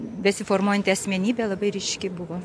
besiformuojanti asmenybė labai ryški buvo